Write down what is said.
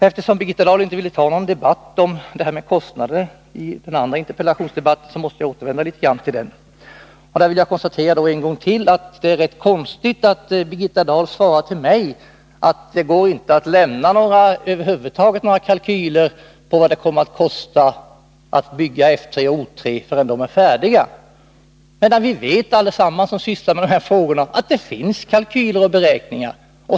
Eftersom Birgitta Dahl i den andra interpellationsdebatten inte ville föra någon debatt om kostnaderna, så måste jag återvända litet till det ämnet. Jag vill ännu en gång konstatera att det är konstigt att Birgitta Dahl svarar mig att det över huvud taget inte går att lämna några kalkyler över vad det kommer att kosta att bygga F 3 och O 3 förrän de är färdiga. Men vi vet allesammans som sysslar med de här frågorna, att det finns kalkyler och beräkningar.